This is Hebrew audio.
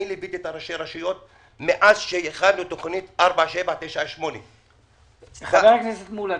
לוותי את ראשי הרשויות מאז שהכנו את תוכנית 4798. חבר הכנסת מולא,